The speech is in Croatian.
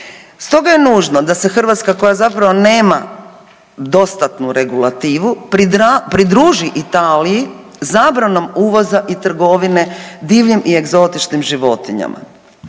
Stoga je nužno da se Hrvatska koja zapravo nema dostatnu regulativu pridruži Italiji zabranom uvoza i trgovine divljim i egzotičnim životinjama.